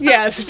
Yes